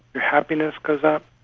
your happiness goes up,